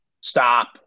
Stop